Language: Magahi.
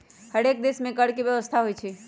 हरेक देश में कर के व्यवस्था होइ छइ